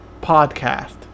podcast